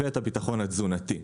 ואת הביטחון התזונתי.